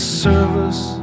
service